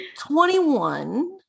21